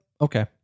okay